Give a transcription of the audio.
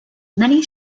many